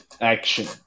action